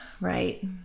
Right